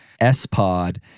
S-Pod